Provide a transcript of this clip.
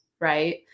right